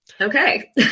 Okay